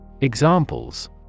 Examples